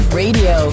radio